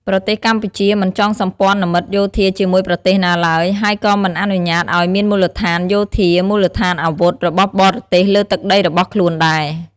ប្រទេសកម្ពុជាមិនចងសម្ព័ន្ធមិត្តយោធាជាមួយប្រទេសណាឡើយ ហើយក៏មិនអនុញ្ញាតឱ្យ មានមូលដ្ឋានយោធាមូលដ្ឋានអាវុធរបស់បរទេសលើទឹកដីរបស់ខ្លួនដែរ។